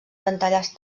pantalles